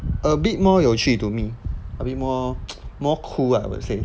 a bit more 有趣 to me a bit more more cool ah I would say